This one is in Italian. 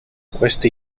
queste